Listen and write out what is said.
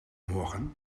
morgen